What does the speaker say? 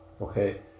okay